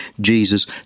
Jesus